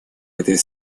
этой